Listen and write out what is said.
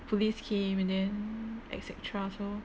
police came and then et cetera so